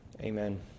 Amen